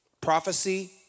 Prophecy